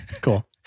Cool